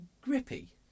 grippy